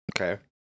Okay